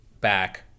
back